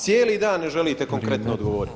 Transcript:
Cijeli dan ne želite konkretno odgovoriti.